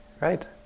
right